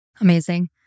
Amazing